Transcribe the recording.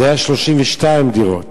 היו בו 32 דירות,